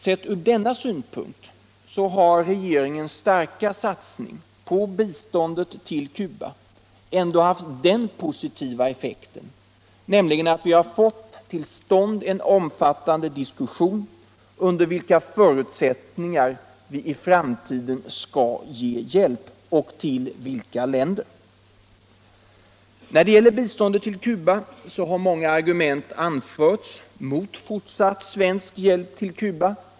Sett ur denna synpunkt har regeringens starka satsning på biståndet till Cuba haft den positiva effekten att vi har fått till stånd en omfattande diskussion under vilka förutsättningar vi i framtiden skall ge hjälp och till vilka länder. Många argument har anförts mot en fortsatt svensk hjälp ull Cuba.